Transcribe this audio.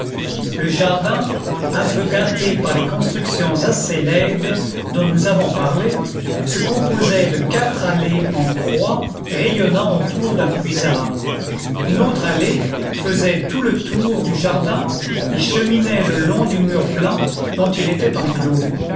le jardin un peu gâté par les constructions assez laides dont nous avons parlé se composait de quatre allées en croix rayonnant autour d'un puisard une autre allée faisait tout le tour du jardin et cheminait le long du mur blanc dont il était enclos